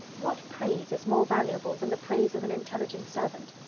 what praise is more valuable than the praise of an intelligent servant?